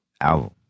album